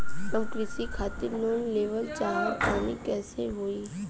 हम कृषि खातिर लोन लेवल चाहऽ तनि कइसे होई?